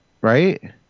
right